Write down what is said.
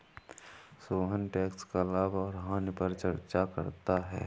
Sohan tax का लाभ और हानि पर चर्चा करता है